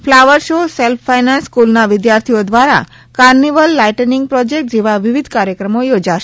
flower show self finance સ્ક્રલના વિદ્યાર્થીઓ દ્વાર કાર્નિવલ લાઇટનીંગ પ્રાજેકટ જેવા વિવિધ કાર્યક્રમો યોજાશે